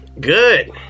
Good